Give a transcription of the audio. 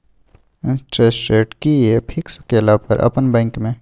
Interest rate कि ये fix केला पर अपन बैंक में?